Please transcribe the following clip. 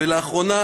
ולאחרונה